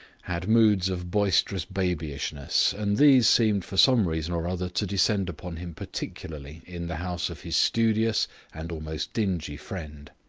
had moods of boisterous babyishness, and these seemed for some reason or other to descend upon him particularly in the house of his studious and almost dingy friend.